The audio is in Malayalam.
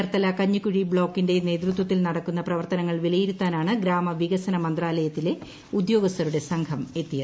ചേർത്തല കഞ്ഞിക്കുഴി ബ്ലോക്കിന്റെ നേതൃത്വത്തിൽ നടക്കുന്ന പ്രവർത്തനങ്ങൾ വിലയിരുത്താനാണ് ഗ്രാമ വികസന മന്ത്രാലയത്തിലെ ഉദ്യോഗസ്ഥരുടെ സംഘം എത്തിയത്